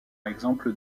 exemple